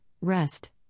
rest